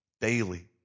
daily